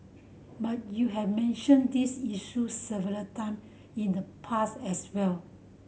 but you have mentioned these issues several time in the past as well